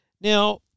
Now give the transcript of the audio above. Now